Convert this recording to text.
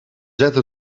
zette